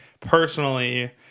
personally